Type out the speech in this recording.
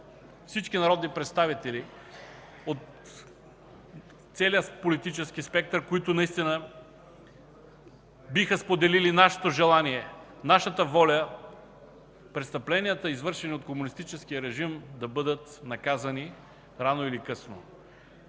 всички народни представители от целия политически спектър, които наистина биха споделили нашето желание, нашата воля престъпленията, извършени от комунистическия режим да бъдат наказани рано или късно.